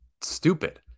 stupid